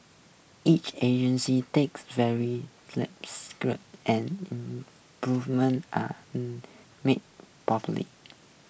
each agency takes every lapse and improvements are made